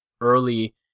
early